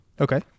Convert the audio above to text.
Okay